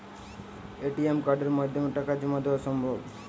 ATM কার্ডের মাধ্যমে টাকা জমা দেওয়া সম্ভব?